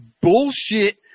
bullshit